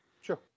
Sure